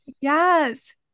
yes